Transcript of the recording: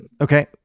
Okay